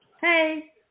Hey